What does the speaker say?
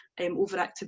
overactive